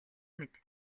мэд